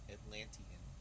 Atlantean